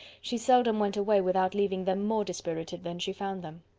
she seldom went away without leaving them more dispirited than she found them.